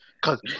Cause